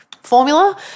Formula